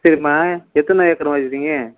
சரிம்மா எத்தனை ஏக்கரும்மா வச்சிருக்கீங்க